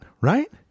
right